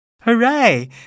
Hooray